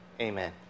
amen